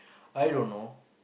I don't know